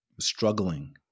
struggling